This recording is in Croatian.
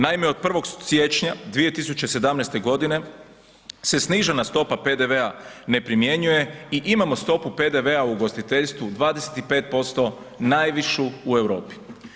Naime, od 1. siječnja 2017. godine se snižena stopa PDV-a ne primjenjuje i imamo stopu PDV-a u ugostiteljstvu, 25%, najvišu u Europi.